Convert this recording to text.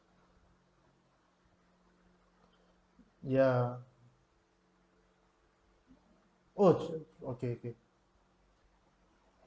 ya oh okay okay